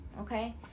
okay